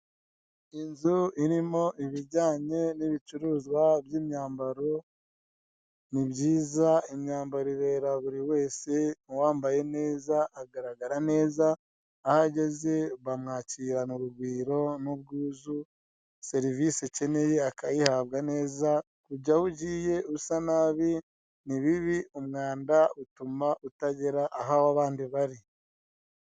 Inzu irimo ibijyanye n'ibicuruzwa by'imyambaro. Ni byiza imyambaro ibera buri wese, uwambaye neza agaragara neza, aho ageze bamwakirana urugwiro n'ubwuzu, serivisi akeneye akayihabwa. Kujya aho ugiye usa nabi ni bibi, umwanda utuma utagera aho abandi bari.